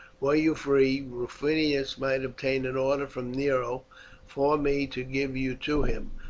were you free, rufinus might obtain an order from nero for me to give you to him,